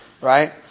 right